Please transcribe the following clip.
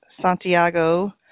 Santiago